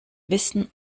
wissen